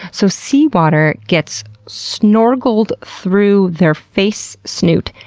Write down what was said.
so seawater gets snorkeled through their face snoot,